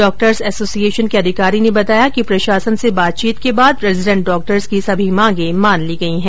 doctors association के अधिकारी ने बताया कि प्रशासन से बातचीत के बाद रेजीडेन्ट डॉक्टर्स की सभी मांगे मान ली गई है